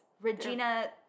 Regina